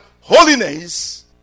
holiness